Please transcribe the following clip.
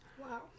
Wow